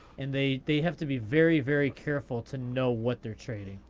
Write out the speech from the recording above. and they they have to be very, very careful to know what they're trading.